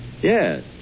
Yes